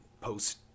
post